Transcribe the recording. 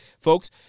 folks